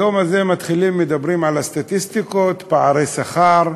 היום הזה מדברים על סטטיסטיקות: פערי שכר,